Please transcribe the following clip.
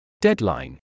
Deadline